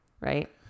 right